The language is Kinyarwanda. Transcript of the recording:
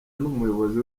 n’umuyobozi